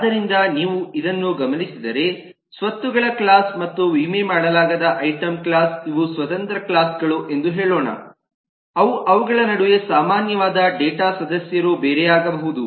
ಆದ್ದರಿಂದ ನೀವು ಇದನ್ನು ಗಮನಿಸಿದರೆ ಸ್ವತ್ತು ಗಳ ಕ್ಲಾಸ್ ಮತ್ತು ವಿಮೆ ಮಾಡಲಾಗದ ಐಟಂ ಕ್ಲಾಸ್ ಇವು ಸ್ವತಂತ್ರ ಕ್ಲಾಸ್ ಗಳು ಎಂದು ಹೇಳೋಣ ಅದು ಅವುಗಳ ನಡುವೆ ಸಾಮಾನ್ಯವಾದ ಡೇಟಾ ಸದಸ್ಯರು ಬೇರೆಯಾಗಬಹುದು